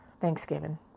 Thanksgiving